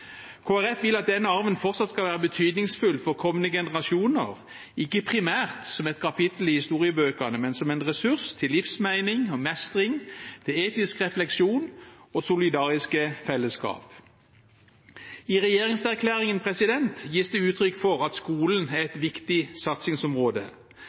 Folkeparti vil at denne arven fortsatt skal være betydningsfull for kommende generasjoner, ikke primært som et kapittel i historiebøkene, men som en ressurs til livsmening, mestring, etisk refleksjon og solidariske fellesskap. I regjeringserklæringen gis det uttrykk for at skolen er